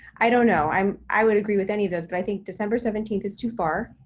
i don't know. i um i would agree with any of those, but i think december seventeenth is too far.